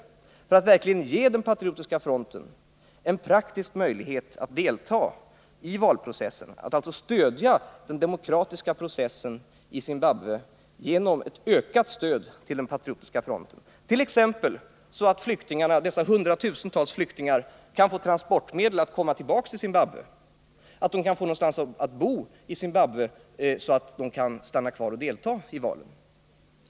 Sverige måste verkligen ge Patriotiska fronten en praktisk möjlighet att delta i valet och stödja den demokratiska processen i Zimbabwe genom ökad hjälp till Patriotiska fronten, t.ex. så att dessa hundratusentals flyktingar kan få transport tillbaka till Zimbabwe och få någonstans att bo i Zimbabwe så att de kan stanna kvar och delta i valet.